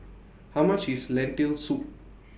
How much IS Lentil Soup